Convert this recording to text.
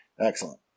Excellent